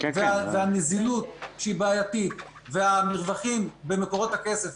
והנזילות הבעייתית והמרווחים במקורות הכסף,